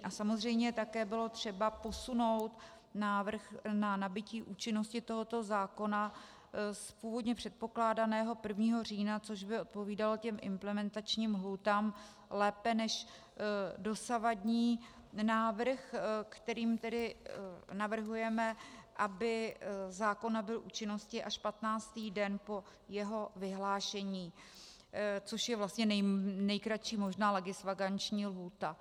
A samozřejmě také bylo třeba posunout návrh na nabytí účinnosti tohoto zákona z původně předpokládaného 1. října, což by odpovídalo implementačním lhůtám lépe než dosavadní návrh, kterým tedy navrhujeme, aby zákon nabyl účinnosti až 15. den po jeho vyhlášení, což je vlastně nejkratší možná legisvakanční lhůta.